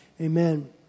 Amen